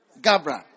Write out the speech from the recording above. Gabra